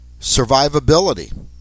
survivability